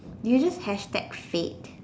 you just expect said